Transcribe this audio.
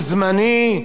הוא זמני,